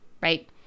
right